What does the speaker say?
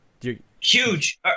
Huge